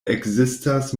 ekzistas